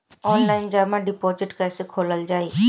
Online जमा deposit कैसे खोलल जाइ?